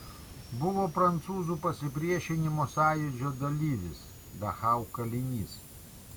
buvo prancūzų pasipriešinimo sąjūdžio dalyvis dachau kalinys